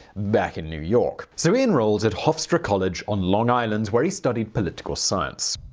back in new york. so, he enrolled at hofstra college on long island, where he studied political science.